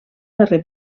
darrer